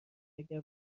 اگر